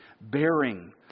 bearing